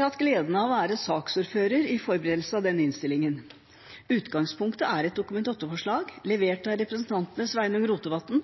hatt gleden av å være saksordfører i forberedelsen av denne innstillingen. Utgangspunktet er et Dokument 8-forslag, levert av representantene Sveinung Rotevatn,